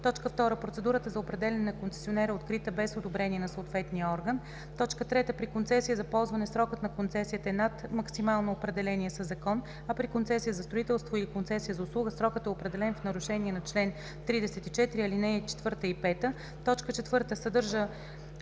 2. процедурата за определяне на концесионер е открита без одобрение от съответния орган; 3. при концесия за ползване срокът на концесията е над максимално определения със закон, а при концесия за строителство или концесия за услуга срокът е определен в нарушение на чл. 34, ал. 4 или 5; 4. съдържа